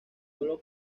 solo